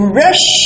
rush